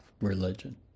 religion